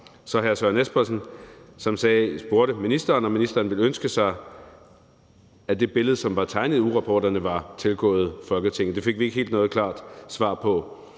Hr. Søren Espersen spurgte ministeren, om ministeren kunne have ønsket sig, at det billede, som var tegnet i ugerapporterne, var tilgået Folketinget – det fik vi ikke noget helt klart svar på.